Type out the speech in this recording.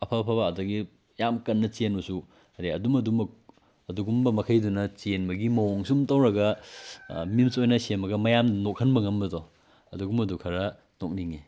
ꯑꯐ ꯑꯐꯕ ꯑꯗꯒꯤ ꯌꯥꯝ ꯀꯟꯅ ꯆꯦꯟꯕꯁꯨ ꯑꯗꯩ ꯑꯗꯨꯝ ꯑꯗꯨꯝꯃꯛ ꯑꯗꯨꯒꯨꯝꯕ ꯃꯈꯩꯗꯨꯅ ꯆꯦꯟꯕꯒꯤ ꯃꯑꯣꯡ ꯁꯨꯝ ꯇꯧꯔꯒ ꯃꯤꯝꯁ ꯑꯣꯏꯅ ꯁꯦꯝꯃꯒ ꯃꯌꯥꯝ ꯅꯣꯛꯍꯟꯕ ꯉꯝꯕꯗꯣ ꯑꯗꯨꯒꯨꯝꯕꯗꯣ ꯈꯔ ꯅꯣꯛꯅꯤꯡꯉꯤ